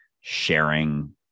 sharing